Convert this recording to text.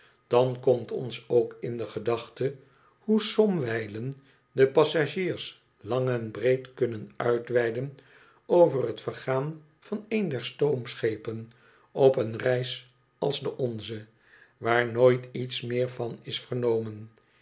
dan komt ons ook in de gedachte hoe somwijlen de passagiers lang en breed kunnen uitweiden over het vergaan van een der stoomschepen op een reis als de onze waar nooit iets meer van is vernomen